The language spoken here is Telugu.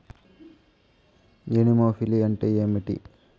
ఎనిమోఫిలి అంటే ఏంటి?